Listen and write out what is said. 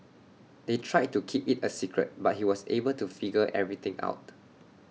they tried to keep IT A secret but he was able to figure everything out